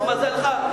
מזלך.